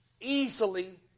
easily